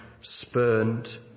spurned